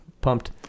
Pumped